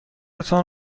تان